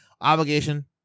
Obligation